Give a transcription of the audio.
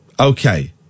Okay